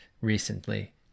recently